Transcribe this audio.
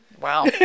Wow